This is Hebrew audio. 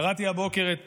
קראתי הבוקר את